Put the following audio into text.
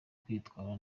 kwitwara